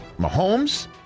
Mahomes